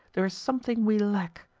there is something we lack.